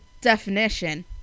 definition